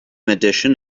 edition